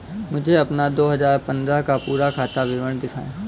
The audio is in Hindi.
मुझे अपना दो हजार पन्द्रह का पूरा खाता विवरण दिखाएँ?